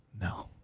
No